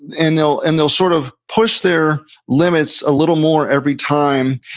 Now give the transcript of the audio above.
and they'll and they'll sort of push their limits a little more every time.